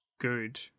good